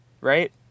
right